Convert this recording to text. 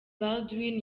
baldwin